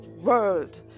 world